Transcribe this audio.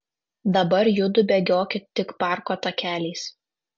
dabar judu bėgiokit tik parko takeliais